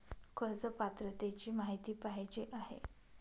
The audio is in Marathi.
कर्ज पात्रतेची माहिती पाहिजे आहे?